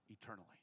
eternally